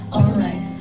Alright